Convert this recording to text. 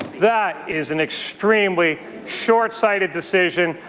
that is an extremely short-sighted decision.